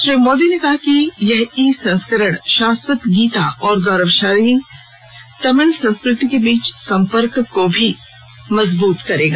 श्री मोदी ने कहा कि यह ई संस्करण शाश्वत गीता और गौरवशाली तमिल संस्कृति के बीच संपर्क को भी मजबूत करेगा